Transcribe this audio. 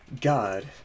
god